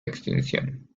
extinción